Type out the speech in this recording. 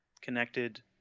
connected